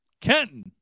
Kenton